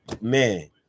man